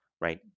right